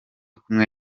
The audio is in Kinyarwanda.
kumwe